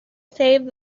saved